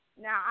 Now